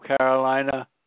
Carolina